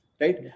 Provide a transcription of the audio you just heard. right